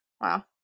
wow